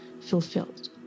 fulfilled